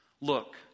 Look